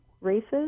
races